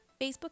Facebook